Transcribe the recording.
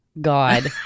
God